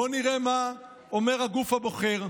בואו נראה מה אומר הגוף הבוחר.